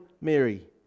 Mary